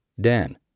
Dan